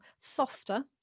softer